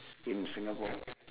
in singapore